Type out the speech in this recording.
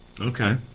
Okay